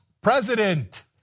president